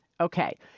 Okay